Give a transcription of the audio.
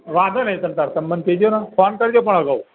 વાંધો નહીં તમતમારે તમે મને કહેજો ને ફોન કરજો પણ આગાઉ